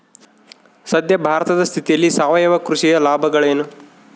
ಸದ್ಯ ಭಾರತದ ಸ್ಥಿತಿಯಲ್ಲಿ ಸಾವಯವ ಕೃಷಿಯ ಲಾಭಗಳೇನು?